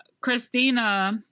Christina